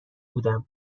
بودم